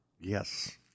Yes